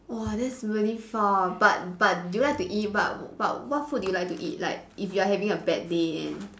!wah! that's really far but but do you like to eat but but what food do you like to eat like if you are having a bad day and